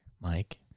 Mike